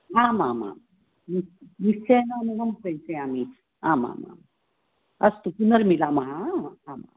आमामां न् निश्चयेन अहं प्रेषयामि आमामाम् अस्तु पुनर्मिलामः आमामाम्